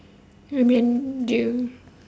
I mean do you